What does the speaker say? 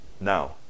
now